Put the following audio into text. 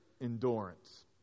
endurance